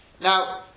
now